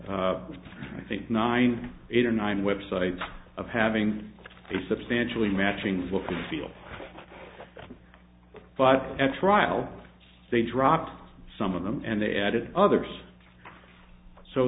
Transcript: with i think nine eight or nine websites of having a substantially matching full field but at trial they dropped some of them and they added others so